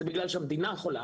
זה בגלל שהמדינה חולה,